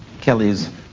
Kelly's